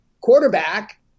quarterback